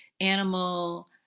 animal